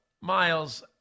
Miles